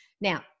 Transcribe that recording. Now